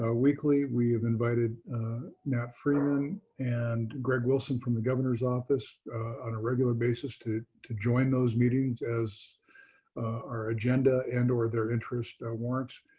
ah weekly. we have invited matt freeman and greg wilson from the governor's office on a regular basis to to join those meetings as our agenda and or their interest warrants.